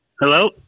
Hello